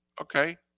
Okay